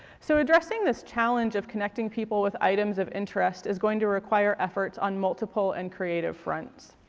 so addressing this challenge of connecting people with items of interest is going to require efforts on multiple and creative fronts.